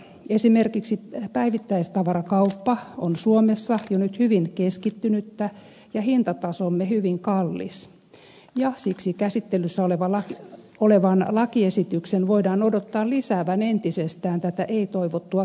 esimerkiksi päivittäistavarakauppa on suomessa jo nyt hyvin keskittynyttä ja hintatasomme hyvin kallis ja siksi käsittelyssä olevan lakiesityksen voidaan odottaa lisäävän entisestään tätä ei toivottua kehitystä